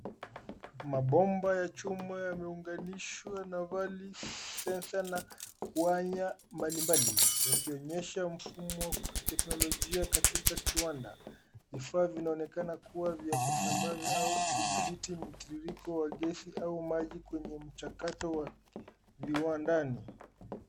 Mapomba ya chuma yameunganishwa na vali sensor na waya mbali mbali yakionyesha mfumo wa kiteknolojia katika kiwanda, vifaa vinaonekana kuwa vya kuzambaza au kutibiti mtiririko wa kesi au maji kwenye mchakato wa viwandani.